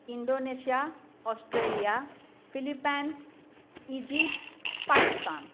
Indonesia Australia Philippines Egypt Pakistan